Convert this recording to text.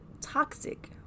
toxic